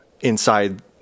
inside